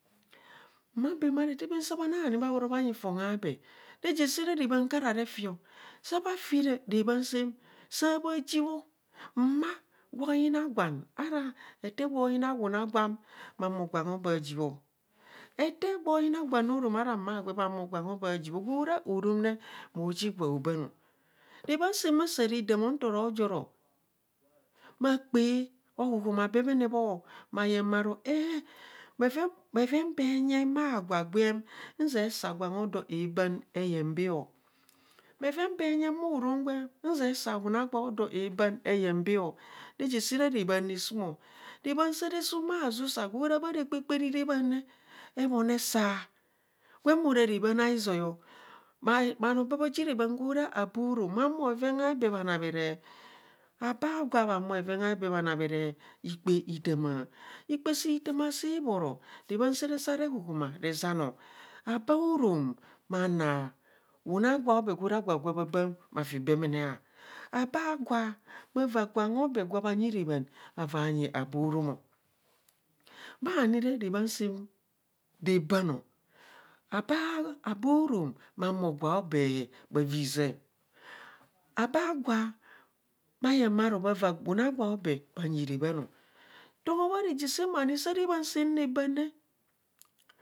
Mma baam ara ete baam saa bhani bhabhoro bhanyi fon aa bee reje see rebhaan kara refio saa bhafi rebhạạn sạạm saa bha ji bho mma gwo yina gwan ara ete gwo yina wuna gwam bha humo gwan obee bha jibho ete gwo yina gwan orom ara mma gwe bha humo gwan obee bha ji bho gwo raa orom re moo ji gwa hobaan rabaam saam saa radaamo ntoro joro bha kpaa ohuhuma bemene bho, bha yeng bha ro ee bheve bee nyeng bha gwem nzia saa gwan odoo obaan eyeng bee bheven bee nyeng bho orom gwem nzia saa wuna gwa odoo aboon eyeng baa o, reje sa re rebaam ra suum o rabaan sa rasuum bha zusa guro ra bha rakpakopari rabaan re ebon esaa gwem ara rabaan aizia bhanoo baa ji rabaan gwo ra abee orom bha humo bheven aabee bha namere ikpe ithama ikpa sii tama sii bhoro rabaan saa re saa rehuhuma rezana abaa oromi bha naa wuna gwa obee gwo rạạ gwa gwa bha baan bhafi bemene aa, abaa gwa bha vaa gwang obee gwa bhanyi rabhaan vaa anyi abaa orom bhani re rabhaam sạạm rabaam o. abaa orom bha humo gwa obee bhaviza abaa gwa bha yeng bha ro bha va wuna gwa obee bhanyi rabhaan o tangho bha reje saa rabhaan saam rabaan re.